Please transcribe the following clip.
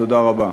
תודה רבה.